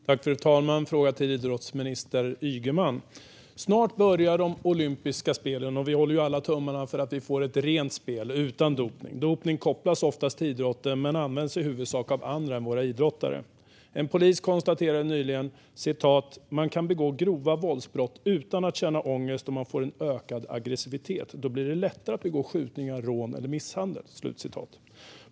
Fru talman! Jag har en fråga till idrottsminister Ygeman. Snart börjar de olympiska spelen, och vi håller tummarna för att vi får ett rent spel utan dopning. Dopning kopplas oftast till idrotten men används i huvudsak av andra än våra idrottare. En polis konstaterade nyligen: Man kan begå grova våldsbrott utan att känna ångest, och man får en ökad aggressivitet. Då blir det lättare att utföra skjutningar, rån eller misshandel.